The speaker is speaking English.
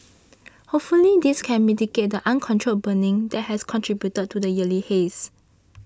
hopefully this can mitigate the uncontrolled burning that has contributed to the yearly haze